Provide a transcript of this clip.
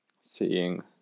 seeing